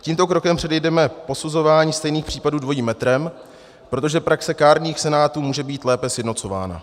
Tímto krokem předejdeme posuzování stejných případů dvojím metrem, protože praxe kárných senátů může být lépe sjednocována.